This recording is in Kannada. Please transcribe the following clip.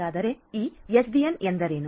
ಹಾಗಾದರೆ ಈ ಎಸ್ಡಿಎನ್ ಎಂದರೇನು